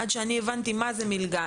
עד שאני הבנתי מה זו מלגה,